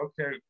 Okay